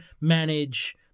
manage